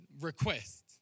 request